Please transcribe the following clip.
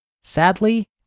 Sadly